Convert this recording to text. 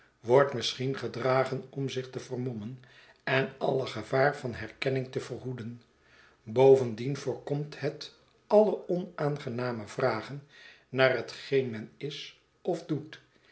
wordt misschien gedragen om zich te vermommen en alle gevaar van herkenning te verhoeden bovendien voorkomt het alle onaangename vragen naar hetgeen men is of doet